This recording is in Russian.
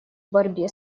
борьбе